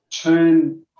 turn